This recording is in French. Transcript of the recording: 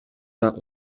vingt